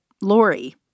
Lori